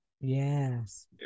Yes